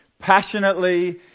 passionately